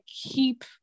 keep